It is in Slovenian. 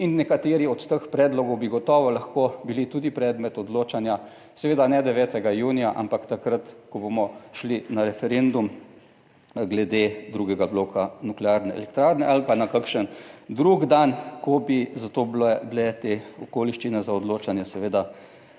in nekateri od teh predlogov bi gotovo lahko bili tudi predmet odločanja, seveda ne 9. junija, ampak takrat, ko bomo šli na referendum glede drugega bloka nuklearne elektrarne ali pa na kakšen drug dan, ko bi za to bile te okoliščine za odločanje seveda